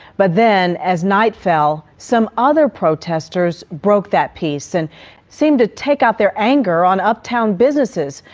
but then as night fell, some other protesters broke that piece and seemed to take out their anger on uptown businesses,